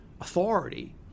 authority